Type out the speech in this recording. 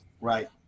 Right